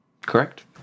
Correct